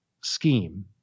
scheme